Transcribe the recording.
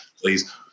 Please